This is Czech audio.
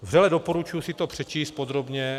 Vřele doporučuji si to přečíst podrobně.